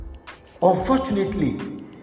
Unfortunately